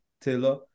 Taylor